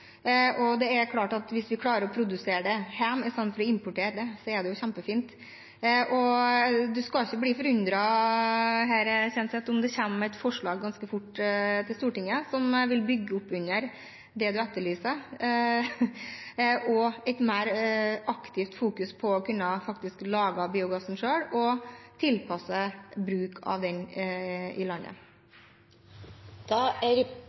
drivstoff. Det er klart at hvis vi klarer å produsere det hjemme istedenfor å importere, er det kjempefint. Representanten Kjenseth skal ikke bli forundret om det ganske snart kommer et forslag til Stortinget, som vil bygge opp under det han etterlyser – et mer aktivt fokus på å kunne lage biogassen selv og tilpasse bruk av den i landet. Replikkordskiftet er